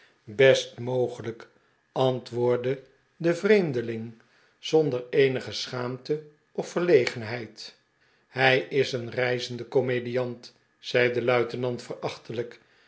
best mogelijk antwoordde de vreemdeling zonder eenige schaamte of veriegenheid hij is een reizende komediant zeiide luitenant